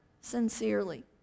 sincerely